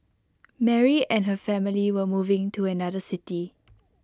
Mary and her family were moving to another city